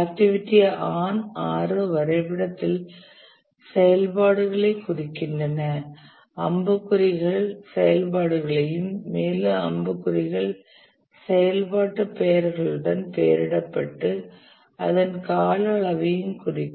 activity on arrow வரைபடத்தில் செயல்பாடுகளைக் குறிக்கின்றன அம்புகுறிகள் செயல்பாடுகளையும் மேலும் அம்புகுறிகள் செயல்பாட்டு பெயர்களுடன் பெயரிடப்படு அதன் கால அளவையும் குறிக்கும்